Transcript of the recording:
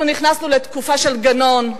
אנחנו נכנסנו לתקופה של גנון,